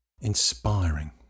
inspiring